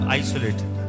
isolated